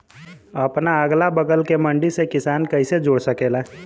अपने अगला बगल के मंडी से किसान कइसे जुड़ सकेला?